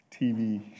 TV